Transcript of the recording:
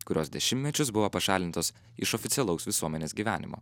kurios dešimtmečius buvo pašalintos iš oficialaus visuomenės gyvenimo